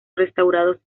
restaurados